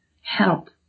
help